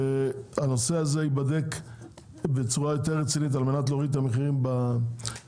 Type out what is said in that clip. והנושא הזה ייבדק בצורה יותר רצינית על מנת להוריד את המחירים במכולות.